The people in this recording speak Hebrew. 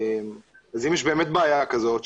אם יש באמת בעיה כזאת,